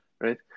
Right